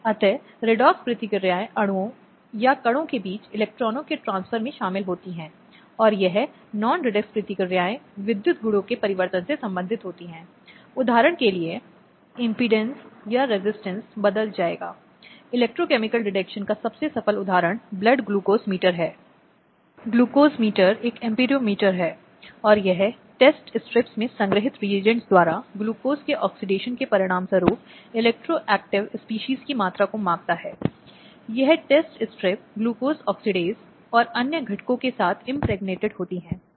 इसलिए यह अनिवार्य रूप से है जब कोई मौत होती है दहेज की माँगों के कारण दहेज की माँगों से संबंधित है और एक व्यक्ति की मृत्यु के लिए प्रमुख कारण है जहां धारा 304 बी एक विशिष्ट प्रकार का दहेज मृत्यु का अपराध बनाता है